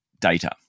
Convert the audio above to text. data